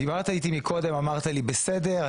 דיברת איתי קודם ואמרת לי בסדר,